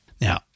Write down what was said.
Now